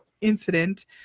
incident